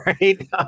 right